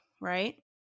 right